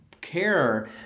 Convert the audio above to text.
care